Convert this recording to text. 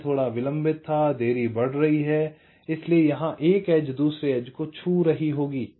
यह थोड़ा विलंबित था देरी बढ़ रही है इसलिए यहां एक एज दूसरे एज को छू रही होगी